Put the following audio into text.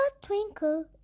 twinkle